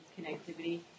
connectivity